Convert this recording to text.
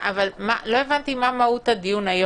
לא הבנתי מה מהות הדיון היום?